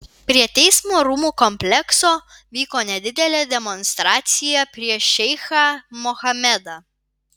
prie teismo rūmų komplekso vyko nedidelė demonstracija prieš šeichą mohamedą